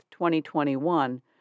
2021